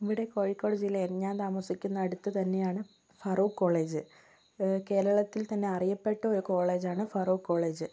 ഇവിടെ കോഴിക്കോട് ജില്ലയിൽ ഞാൻ താമസിക്കുന്ന അടുത്ത് തന്നെയാണ് ഫറൂഖ് കോളേജ് കേരളത്തിൽ തന്നെ അറിയപ്പെട്ട ഒരു കോളേജാണ് ഫറൂഖ് കോളേജ്